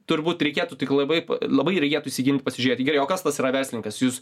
turbūt reikėtų tik labai labai gi reikėtų įsigilinti pasižiūrėti o kas tas yra verslininkas jūs